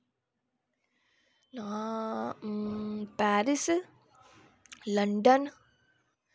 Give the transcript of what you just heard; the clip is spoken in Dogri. नां पैरिस लंडन